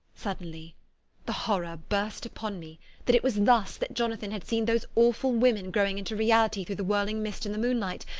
suddenly the horror burst upon me that it was thus that jonathan had seen those awful women growing into reality through the whirling mist in the moonlight,